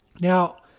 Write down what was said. Now